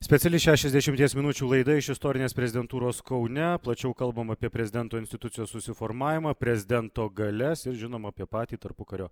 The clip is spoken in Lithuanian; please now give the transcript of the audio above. speciali šešiasdešimties minučių laida iš istorinės prezidentūros kaune plačiau kalbam apie prezidento institucijos susiformavimą prezidento galias ir žinoma apie patį tarpukario